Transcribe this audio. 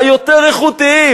היותר איכותיים.